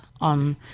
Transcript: on